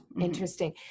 Interesting